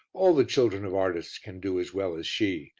all the children of artists can do as well as she,